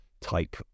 type